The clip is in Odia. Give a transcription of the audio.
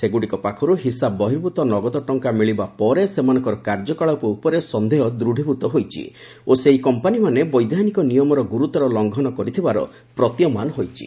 ସେଗୁଡ଼ିକ ପାଖରୁ ହିସାବ ବର୍ହିଭ୍ତ ନଗଦ ଟଙ୍କା ମିଳିବା ପରେ ସେମାନଙ୍କର କାର୍ଯ୍ୟକଳାପ ଉପରେ ସନ୍ଦେହ ଦୂଢ଼ଭୂତ ହୋଇଛି ଓ ସେହି କମ୍ପାନୀମାନେ ବୈଧାନିକ ନିୟମର ଗୁରୁତର ଲଙ୍ଘନ କରିଥିବାର ପ୍ରତୀୟମାନ ହୋଇଛି